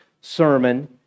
sermon